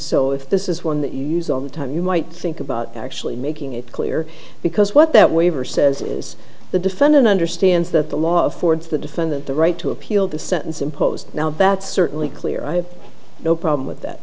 so if this is one that you use all the time you might think about actually making it clear because what that waiver says is the defendant understands that the law affords the defendant the right to appeal the sentence imposed now that's certainly clear i have no problem with that